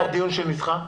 טוב מאוד שהוא נדחה.